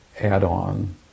add-on